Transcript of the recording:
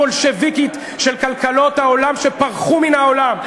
הבולשביקית של כלכלות שפרחו מן העולם,